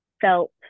felt